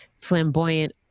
flamboyant